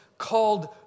Called